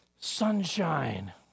sunshine